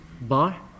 bar